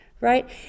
right